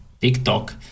TikTok